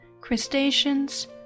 crustaceans